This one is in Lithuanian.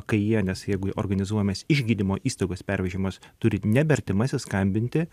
kai jie nes jeigu organizuojamas iš gydymo įstaigos pervežimas turi nebe artimasis skambinti